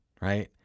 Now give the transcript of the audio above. right